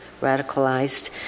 radicalized